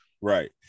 right